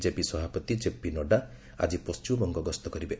BJP ସଭାପତି ଜେପି ନଡ୍ରା ଆଜି ପଶ୍ଚିମବଙ୍ଗ ଗସ୍ତ କରିବେ